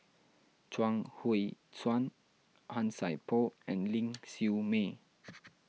Chuang Hui Tsuan Han Sai Por and Ling Siew May